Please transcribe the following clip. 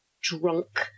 drunk